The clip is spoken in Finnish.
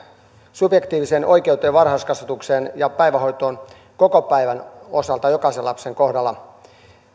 subjektiiviseen oikeuteen varhaiskasvatukseen ja päivähoitoon koko päivän osalta jokaisen lapsen kohdalla